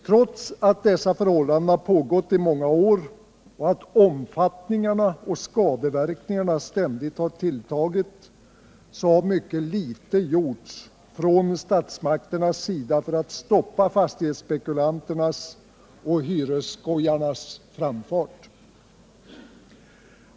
Trots att dessa förhållanden har pågått i många år och att omfattningen och skadeverkningarna ständigt tilltagit har mycket litet gjorts från statsmakternas sida för att stoppa fastighetsspekulanternas och hyresskojarnas framfart.